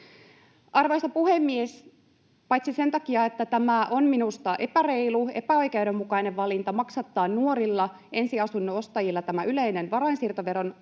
Arvoisa puhemies! Paitsi että tämä on minusta epäreilu, epäoikeudenmukainen valinta maksattaa nuorilla ensiasunnon ostajilla tämä yleinen varainsiirtoveron